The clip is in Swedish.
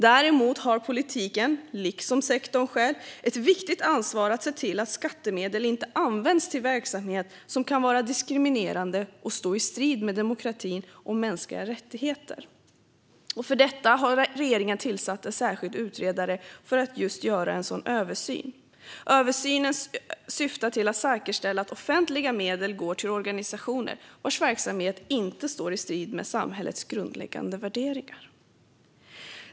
Däremot har politiken, liksom sektorn själv, ett viktigt ansvar att se till att skattemedel inte används till verksamhet som kan vara diskriminerande och stå i strid med demokrati och mänskliga rättigheter. För detta har regeringen tillsatt en särskild utredare för att göra en översyn. Översynen syftar till att säkerställa att offentliga medel går till organisationer vars verksamheter inte står i strid med samhällets grundläggande värderingar.